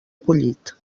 acollit